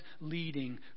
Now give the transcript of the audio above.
leading